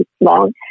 long